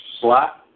slot